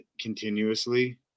continuously